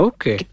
Okay